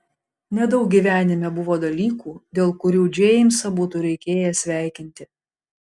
nedaug gyvenime buvo dalykų dėl kurių džeimsą būtų reikėję sveikinti